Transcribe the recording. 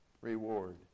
reward